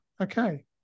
okay